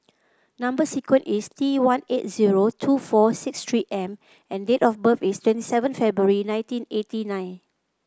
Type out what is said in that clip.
number sequence is T one eight zero two four six three M and date of birth is twenty seven February nineteen eighty nine